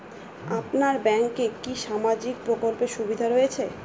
আপনার ব্যাংকে কি সামাজিক প্রকল্পের সুবিধা রয়েছে?